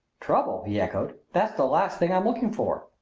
trouble? he echoed. that's the last thing i'm looking for.